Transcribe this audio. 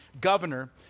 governor